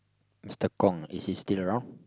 Mister-Kong is he still around